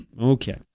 Okay